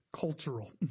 cultural